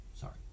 Sorry